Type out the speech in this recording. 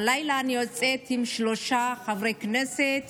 הלילה אני יוצאת עם שלושה חברי כנסת